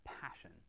passion